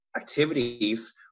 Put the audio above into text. activities